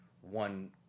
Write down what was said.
one